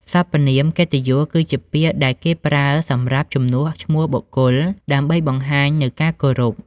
សព្វនាមកិត្តិយស គឺជាពាក្យដែលគេប្រើសម្រាប់ជំនួសឈ្មោះបុគ្គល ដើម្បីបង្ហាញនូវការគោរព។